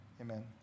amen